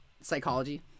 psychology